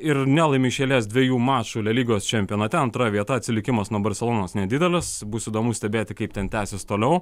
ir nelaimi iš eilės dviejų mačų le lygos čempionate antrąja vieta atsilikimas nuo barselonos nedidelis bus įdomu stebėti kaip ten tęsis toliau